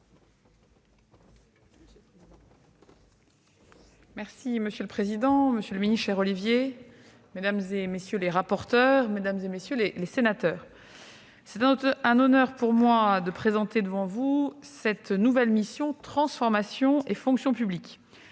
Monsieur le président, monsieur le ministre, mesdames, messieurs les rapporteurs, mesdames, messieurs les sénateurs, c'est un honneur pour moi de présenter devant vous cette nouvelle mission « Transformation et fonction publiques »,